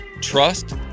trust